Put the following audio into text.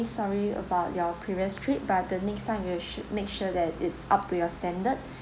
sorry about your previous trip but the next time we will sur~ make sure that it's up to your standard